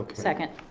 second.